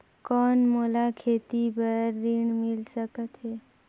कौन मोला खेती बर ऋण मिल सकत है?